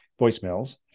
voicemails